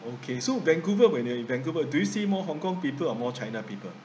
okay so vancouver when you are in vancouver do you see more hong kong people or more china people